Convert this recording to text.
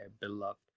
beloved